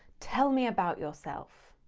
tell me about yourself.